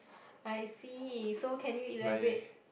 I see so can you elaborate